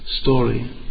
story